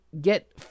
Get